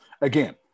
Again